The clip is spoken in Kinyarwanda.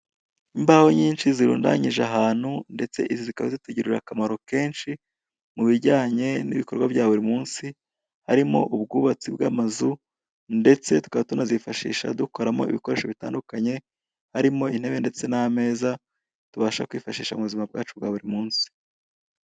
Imbaho nyinshi zirundanyije ahantu, ndetse izi zikaba zitugirira akamaro kenshi, mu bijyanye n'ibikorwa bya buri munsi harimo ubwubatsi bw'amazu, ndetse tukaba tunazifashisha dukoramo ibikoresho bitandukanye harimo intebe ndetse n'ameza, tubasha kwifashisha mu buzima bwacu bwa buri munsi.